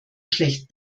schlecht